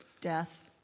death